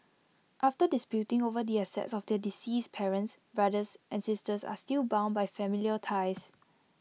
after disputing over the assets of their deceased parents brothers and sisters are still bound by familial ties